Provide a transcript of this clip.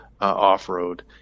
off-road